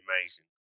amazing